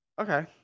Okay